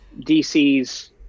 dc's